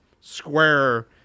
square